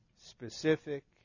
specific